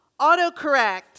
Autocorrect